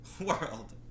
world